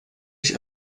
ich